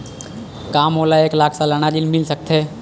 का मोला एक लाख सालाना ऋण मिल सकथे?